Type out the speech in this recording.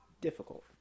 difficult